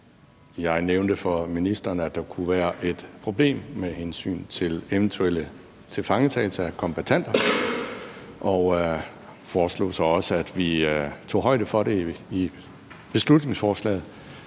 Jeg nævnte for ministeren, at der kunne være et problem med hensyn til eventuelle tilfangetagelser af kombattanter, og foreslog så også, at vi tog højde for det i beslutningsforslaget.